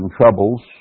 troubles